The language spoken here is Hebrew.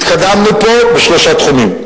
התקדמנו פה בשלושה תחומים.